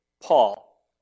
Paul